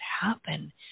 happen